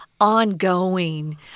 ongoing